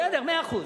בסדר, מאה אחוז.